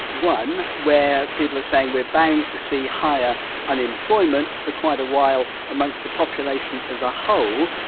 one where people are saying we're bound to see higher unemployment for quite a while amongst the population as a whole.